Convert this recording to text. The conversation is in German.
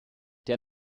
der